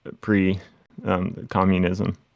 pre-communism